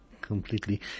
Completely